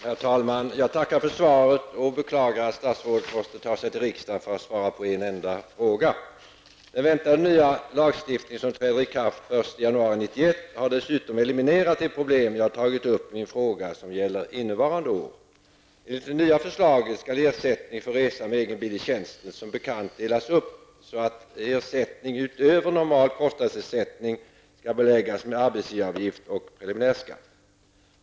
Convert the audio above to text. Herr talman! Jag tackar för svaret och beklagar att statsrådet måste ta sig till riksdagen för att svara på en enda fråga. Den väntade nya lagstiftning som träder i kraft den 1 januari 1991 har dessutom eliminerat det problem som jag tagit upp i min fråga som gäller innevarande år. Enligt det nya förslaget skall ersättning för resa med egen bil i tjänsten som bekant delas upp, så att ersättning utöver normal kostnadsersättning skall beläggas med arbetsgivaravgift och preliminär skatt.